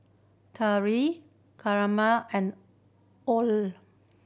Terrell Carmel and